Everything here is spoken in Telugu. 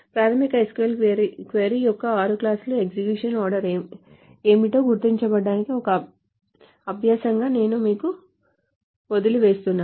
ప్రాథమిక SQL క్వరీ యొక్క 6 క్లాజుల ఎగ్జిక్యూషన్ ఆర్డర్ ఏమిటో గుర్తించడానికి ఒక అభ్యాసంగా నేనుమీకు వదిలివేస్తున్నాను